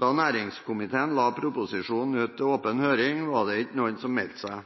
Da næringskomiteen la proposisjonen ut til åpen høring, var det ingen som meldte seg.